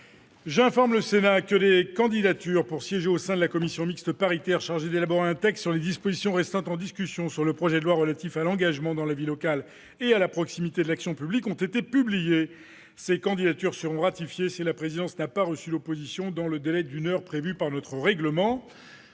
le Sénat que des candidatures pour siéger au sein de la commission mixte paritaire chargée d'élaborer un texte sur les dispositions restant en discussion sur le projet de loi relatif à l'engagement dans la vie locale et à la proximité de l'action publique ont été publiées. Ces candidatures seront ratifiées si la présidence n'a pas reçu d'opposition dans le délai d'une heure prévu par notre règlement.